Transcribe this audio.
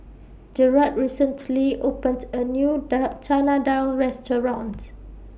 Jerad recently opened A New Dal Chana Dal restaurants